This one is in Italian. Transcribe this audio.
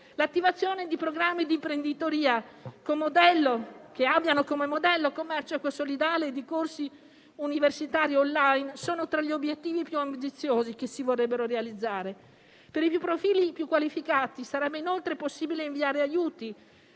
L'attivazione di programmi di imprenditoria che abbiano come modello il commercio equo e solidale e di corsi universitari *online* sono tra gli obiettivi più ambiziosi che si vorrebbero realizzare. Per i profili più qualificati sarebbe inoltre possibile inviare aiuti